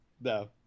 No